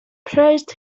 praised